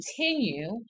continue